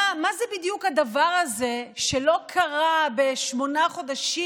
מה זה בדיוק הדבר הזה שלא קרה בשמונה חודשים